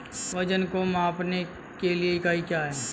वजन को मापने के लिए इकाई क्या है?